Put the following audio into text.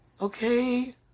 Okay